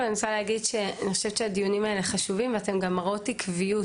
אני חושבת שהדיונים האלה חשובים ואתן גם מראות עקביות.